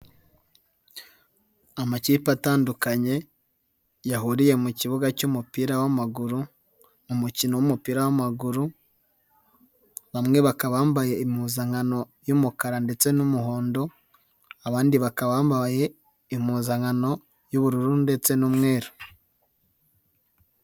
Amakipe atandukanye yahuriye mu kibuga cy'umupira w'amaguru, mu umukino w'umupira w'amaguru, bamwe bakaba bambaye impuzankano y'umukara ndetse n'umuhondo, abandi bakaba bambaye impuzankano y'ubururu ndetse n'umweru.